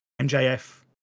MJF